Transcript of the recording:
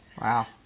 Wow